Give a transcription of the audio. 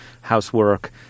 housework